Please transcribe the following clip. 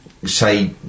say